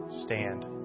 stand